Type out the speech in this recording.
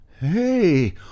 Hey